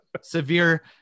severe